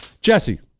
Jesse